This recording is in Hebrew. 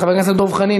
חבר הכנסת דב חנין,